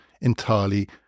entirely